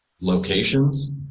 locations